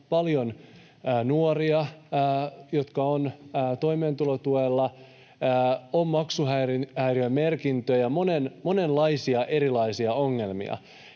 paljon nuoria, jotka ovat toimeentulotuella, on maksuhäiriömerkintöjä, monenlaisia erilaisia ongelmia.